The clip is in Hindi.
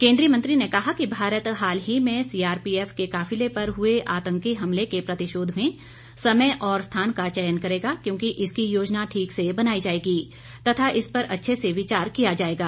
केंद्रीय मंत्री ने कहा कि भारत हाल ही में सीआरपीएफ के काफिले पर हुए आतंकी हमले के प्रतिशोध में समय और स्थान का चयन करेगा क्योंकि इसकी योजना ठीक से बनाई जाएगी तथा इस पर अच्छे से विचार किया जाएगा